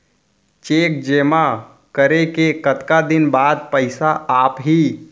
Cheque जेमा करें के कतका दिन बाद पइसा आप ही?